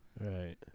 Right